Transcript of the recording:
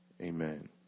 Amen